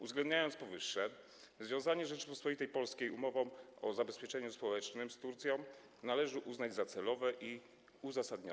Uwzględniając powyższe, sądzę, że związanie Rzeczypospolitej Polskiej umową o zabezpieczeniu społecznym z Turcją należy uznać za celowe i uzasadnione.